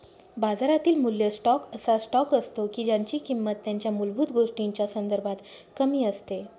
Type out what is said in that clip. बाजारातील मूल्य स्टॉक असा स्टॉक असतो की ज्यांची किंमत त्यांच्या मूलभूत गोष्टींच्या संदर्भात कमी असते